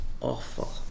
awful